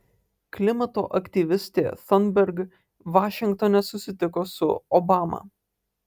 klimato aktyvistė thunberg vašingtone susitiko su obama